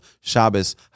Shabbos